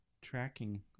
tracking